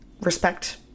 respect